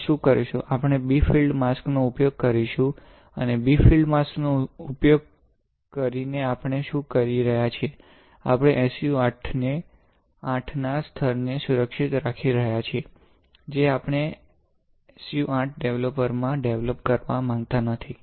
આપણે શું કરીશું આપણે b ફીલ્ડ માસ્ક નો ઉપયોગ કરીશું અને b ફીલ્ડ માસ્ક નો ઉપયોગ કરીને આપણે શું કરી રહ્યા છીએ આપણે SU 8 ના સ્તરને સુરક્ષિત રાખી રહ્યાં છીએ જે આપણે SU 8 ડેવલપર માં ડેવલપ કરવા માંગતા નથી